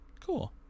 Cool